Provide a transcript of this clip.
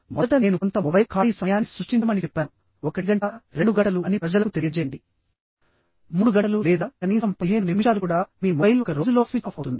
మొదట నేను కొంత మొబైల్ ఖాళీ సమయాన్ని సృష్టించమని చెప్పాను 1 గంట 2 గంటలు అని ప్రజలకు తెలియజేయండి 3 గంటలు లేదా కనీసం 15 నిమిషాలు కూడా మీ మొబైల్ ఒక రోజులో స్విచ్ ఆఫ్ అవుతుంది